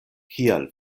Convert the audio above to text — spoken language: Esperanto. kial